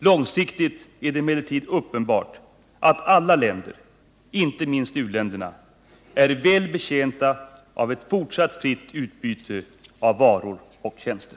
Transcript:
Långsiktigt är det emellertid uppenbart att alla länder — inte minst u-länderna — är väl betjänta av ett fortsatt fritt utbyte av varor och tjänster.